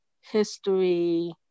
history